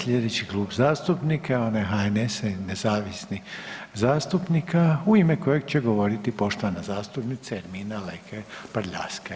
Sljedeći Klub zastupnika je onaj HNS-a i nezavisnih zastupnika u ime kojeg će govoriti poštovana zastupnica Ermina Lekaj Prljaskaj.